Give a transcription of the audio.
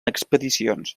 expedicions